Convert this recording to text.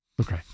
Okay